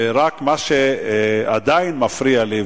מה שעדיין מפריע לי,